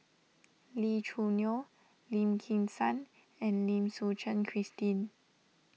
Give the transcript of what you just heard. Lee Choo Neo Lim Kim San and Lim Suchen Christine